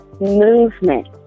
movement